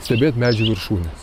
stebėt medžių viršūnes